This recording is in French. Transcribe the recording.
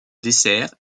dessert